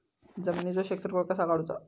जमिनीचो क्षेत्रफळ कसा काढुचा?